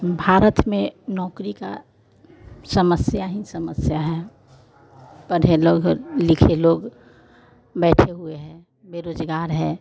भारत में नौकरी का समस्या ही समस्या है पढ़े लोग लिखे लोग बैठे हुए हैं बेरोजगार है